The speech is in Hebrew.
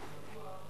"קוטג'" אפשר לוותר,